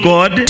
God